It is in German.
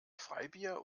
freibier